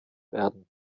werden